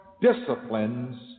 disciplines